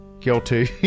guilty